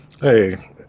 Hey